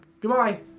Goodbye